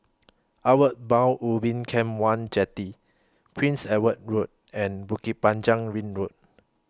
Outward Bound Ubin Camp one Jetty Prince Edward Road and Bukit Panjang Ring Road